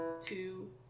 two